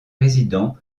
résident